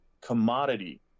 commodity